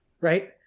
right